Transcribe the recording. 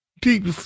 Deep